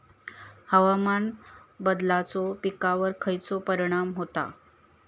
हवामान बदलाचो पिकावर खयचो परिणाम होता?